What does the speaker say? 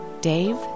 Dave